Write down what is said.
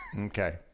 Okay